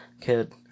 kid